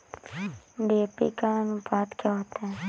DAP का अनुपात क्या होता है?